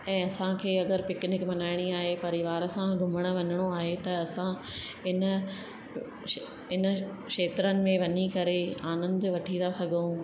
ऐं असांखे अगरि पिकनिक मनाइणी आहे परिवार सां घुमणु वञिणो आहे त असां इन इन खेत्रनि में वञी करे आनंदु वठी था सघूं